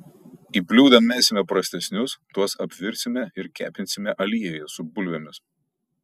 į bliūdą mesime prastesnius tuos apvirsime ir kepinsime aliejuje su bulvėmis